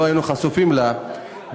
לא היינו חשופים אליהם,